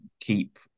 keep